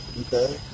Okay